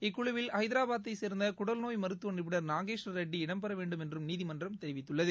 இக்குழுவில் ஐதராபாத்தைசேர்ந்த குடல் நோய் மருத்துவநிபுணர் நாகேஸ்வரரெட்டி இடம் பெறவேண்டும் என்றும் நீதிமன்றம் தெரிவித்துள்ளது